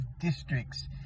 districts